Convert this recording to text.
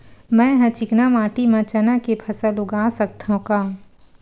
मै ह चिकना माटी म चना के फसल उगा सकथव का?